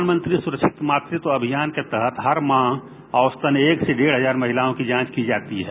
प्रधानमंत्री सुरक्षित मातृत्व अभियान के तहत हर माह औसतन एक से डेढ हजार महिलाओं की जांच की जाती है